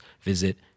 visit